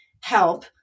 help